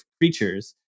creatures